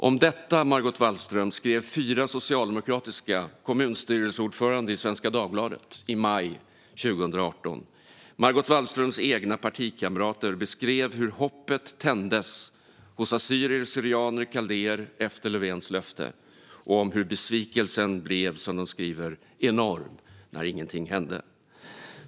Om detta skrev fyra socialdemokratiska kommunstyrelseordförande i Svenska Dagbladet i maj 2018. Margot Wallströms egna partikamrater beskrev hur hoppet tändes hos assyrier, syrianer och kaldéer efter Löfvens löfte och att besvikelsen blev enorm när inget hände.